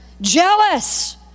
Jealous